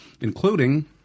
including